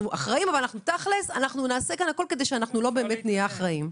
אנחנו אומנם אחראים אבל אנחנו נעשה הכול כדי שלא באמת נהיה אחראים.